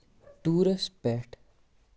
ٹیٛوٗرَس پٮ۪ٹھ